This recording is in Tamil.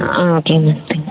ஓகேங்க தேங்க்ஸ்